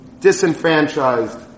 disenfranchised